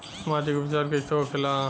माटी के उपचार कैसे होखे ला?